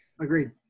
Agreed